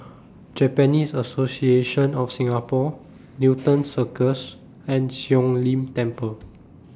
Japanese Association of Singapore Newton Circus and Siong Lim Temple